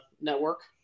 network